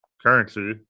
currency